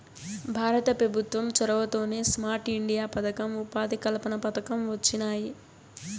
భారత పెభుత్వం చొరవతోనే స్మార్ట్ ఇండియా పదకం, ఉపాధి కల్పన పథకం వొచ్చినాయి